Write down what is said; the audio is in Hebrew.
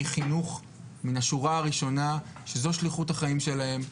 חינוך מהשורה הראשונה שזאת שליחות החיים שלהם.